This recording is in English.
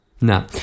No